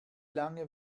lange